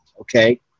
okay